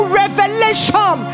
revelation